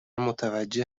متوجه